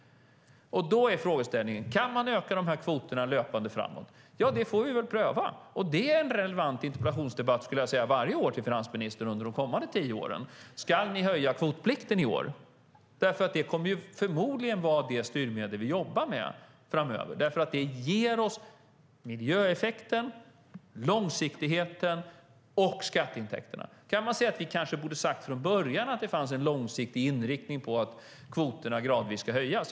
Då är frågan: Kan man öka de här kvoterna löpande framåt? Ja, det får vi väl pröva. En relevant fråga i interpellationsdebatter med finansministrar varje år under de kommande tio åren är: Ska ni höja kvotplikten i år? Det kommer förmodligen att vara det styrmedel vi jobbar med framöver, eftersom det ger oss miljöeffekten, långsiktigheten och skatteintäkterna. Kanske borde vi då från början ha sagt att det fanns en långsiktig inriktning på att kvoterna skulle höjas gradvis.